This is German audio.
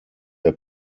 der